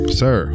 sir